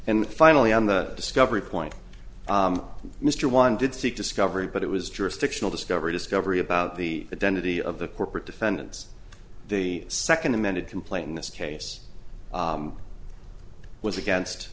and finally on the discovery point mr one did seek discovery but it was jurisdictional discovery discovery about the identity of the corporate defendants the second amended complaint in this case was against